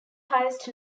highest